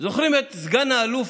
זוכרים את סגן האלוף,